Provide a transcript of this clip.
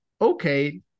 okay